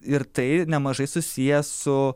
ir tai nemažai susiję su